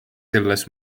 selles